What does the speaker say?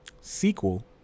sequel